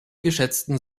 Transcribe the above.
geschätzten